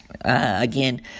Again